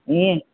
ये